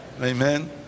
Amen